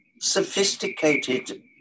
sophisticated